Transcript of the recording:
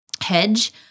hedge